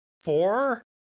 four